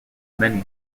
many